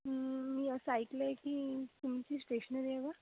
मी असं ऐकलंय की तुमची स्टेशनरी आहे बुवा